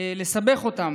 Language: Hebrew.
לסבך אותם,